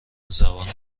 زبان